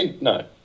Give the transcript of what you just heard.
No